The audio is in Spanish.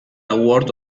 award